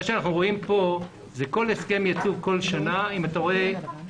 אנחנו רואים כאן הסכם ייצוב כל שנה לנפש.